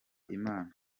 imana